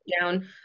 down